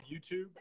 youtube